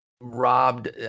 robbed